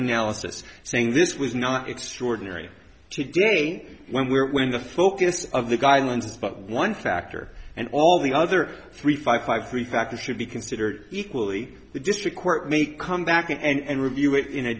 analysis saying this was not extraordinary to day when the focus of the guidelines is but one factor and all the other three five five three factors should be considered equally the district court may come back in and review it in a